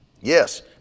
Yes